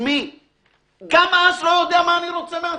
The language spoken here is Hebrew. מהעסקה המקורית.